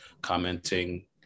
commenting